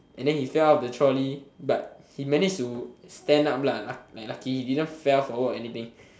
and then he fell out the trolley but he manage to stand up lah luc~ like lucky he didn't fell forward or anything